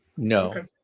No